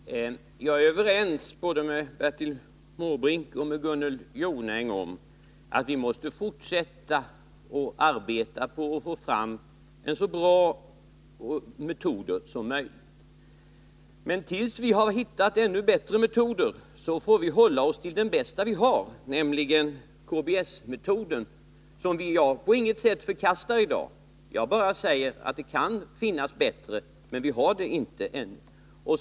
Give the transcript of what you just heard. Herr talman! Jag är överens med både Bertil Måbrink och Gunnel Jonäng om att vi måste fortsätta arbetet på att få fram så bra metoder som möjligt. Men tills vi har hittat bättre metoder, får vi hålla oss till det bästa som vi har, nämligen KBS-metoden, som jag på intet sätt förkastar i dag. Jag säger bara att det kan komma bättre metoder, men dessa finns alltså inte ännu.